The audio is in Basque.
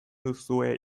duzue